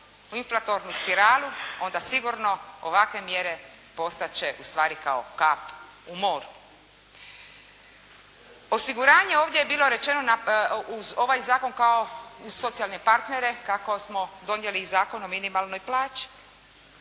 u inflatornu spiralu, onda sigurno ovakve mjere postat će ustvari kao kap u moru. Osiguranje ovdje je bilo rečeno uz ovaj zakon kao uz socijalne partnere kako smo donijeli i Zakon o minimalnoj plaći,